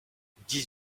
dix